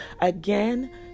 Again